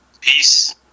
Peace